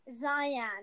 Zion